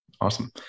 Awesome